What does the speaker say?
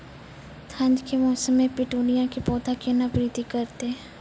ठंड के मौसम मे पिटूनिया के पौधा केना बृद्धि करतै?